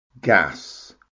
Gas